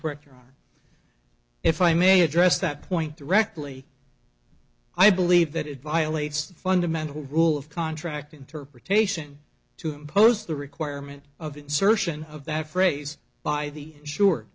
correct or if i may address that point directly i believe that it violates the fundamental rule of contract interpretation to impose the requirement of insertion of that phrase by the